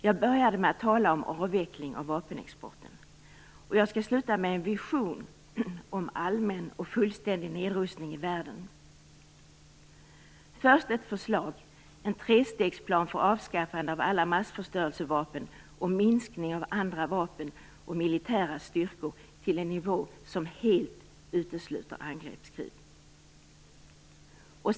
Jag började med att tala om avveckling av vapenexporten. Jag skall sluta med en vision om en allmän och fullständig nedrustning i världen. Först ett förslag om en trestegsplan för avskaffande av alla massförstörelsevapen och minskning av andra vapen och militära styrkor till en nivå som helt utesluter angreppskrig.